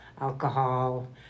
alcohol